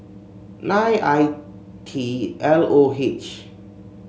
nine I T L O H